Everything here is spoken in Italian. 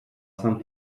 san